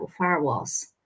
firewalls